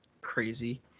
crazy